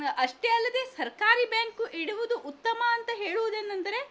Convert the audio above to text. ಅಷ್ಟೆ ಅಲ್ಲದೆ ಸರ್ಕಾರಿ ಬ್ಯಾಂಕು ಇಡುವುದು ಉತ್ತಮ ಅಂತ ಹೇಳುವುದು ಏನೆಂದರೆ